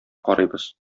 карыйбыз